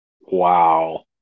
Wow